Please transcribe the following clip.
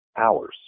hours